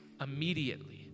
immediately